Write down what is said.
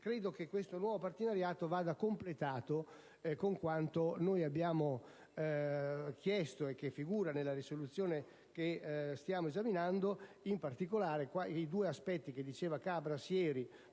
Paesi. Questo nuovo partenariato va completato con quanto noi abbiamo chiesto e che figura nella risoluzione che stiamo esaminando. In particolare, i due aspetti di cui parlava ieri